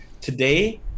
Today